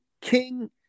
king